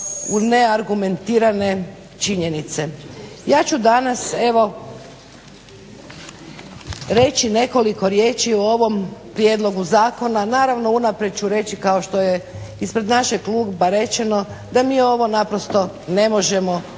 u neargumentirane činjenice. Ja ću danas evo reći nekoliko riječi o ovom prijedlogu zakona. Naravno unaprijed ću reći kao što je ispred našeg kluba rečeno da mi ovo naprosto ne možemo podržati.